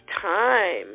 time